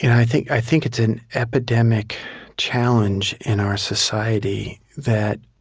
and i think i think it's an epidemic challenge in our society that